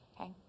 Okay